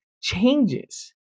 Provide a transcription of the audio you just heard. changes